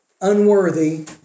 unworthy